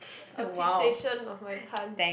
appreciation of my pun